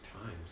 Times